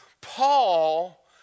Paul